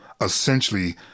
essentially